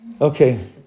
Okay